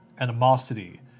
animosity